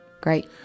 Great